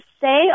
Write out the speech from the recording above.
say